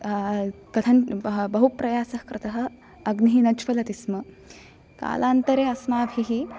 बहु प्रयासः कृतः अग्निः न ज्वलति स्म कालान्तरे अस्माभिः